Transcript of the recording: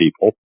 people